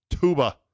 tuba